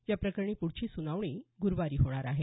या प्रकरणी पुढची सुनावणी गुरुवारी होणार आहे